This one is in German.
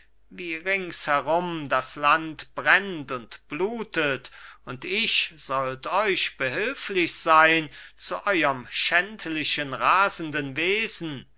wie rings herum das land brennt und blutet und ich sollt euch behülflich sein zu euerm schändlichen rasenden wesen